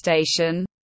station